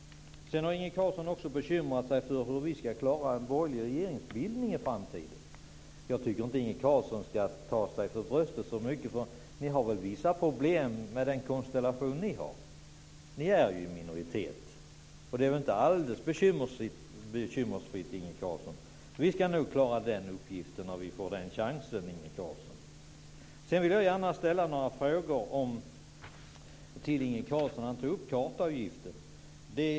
Inge Carlsson har bekymrat sig för hur vi ska klara en borgerlig regeringsbildning i framtiden. Jag tycker inte att Inge Carlsson ska ta sig för bröstet för mycket, för ni har väl vissa problem med den konstellation ni har? Ni är i minoritet, och det är inte alldeles bekymmersfritt. Vi ska nog klara den uppgiften om vi får chansen, Inge Carlsson. Jag vill gärna ställa några frågor till Inge Carlsson. Han tog upp frågan om kartavgiften.